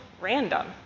random